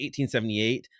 1878